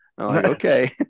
okay